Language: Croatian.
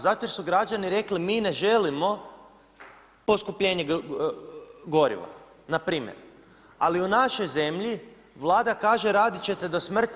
Zato jer su građani rekli, mi ne želimo poskupljenje goriva npr., ali u našoj zemlji Vlada kaže raditi ćete do smrti.